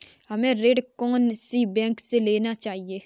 हमें ऋण कौन सी बैंक से लेना चाहिए?